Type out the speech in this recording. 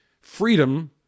freedom